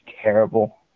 terrible